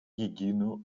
единую